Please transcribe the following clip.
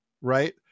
right